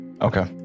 Okay